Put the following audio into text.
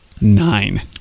nine